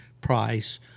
price